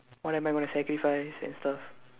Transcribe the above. what am I going to sacrifice and stuff